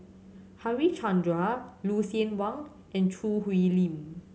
Harichandra Lucien Wang and Choo Hwee Lim